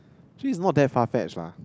actually it's not that far-fetched lah